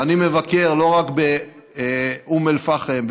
ואני מבקר לא רק באום אל-פחם,